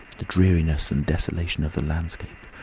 the dreariness and desolation of the landscape,